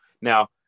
Now